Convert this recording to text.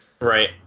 Right